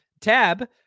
tab